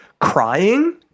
crying